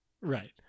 Right